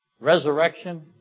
resurrection